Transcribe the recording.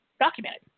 documented